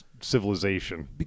civilization